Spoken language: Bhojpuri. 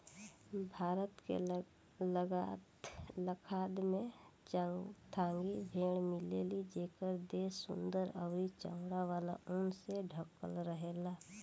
भारत के लद्दाख में चांगथांगी भेड़ मिलेली जेकर देह सुंदर अउरी चौड़ा वाला ऊन से ढकल रहेला